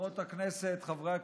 חברות הכנסת, חברי הכנסת,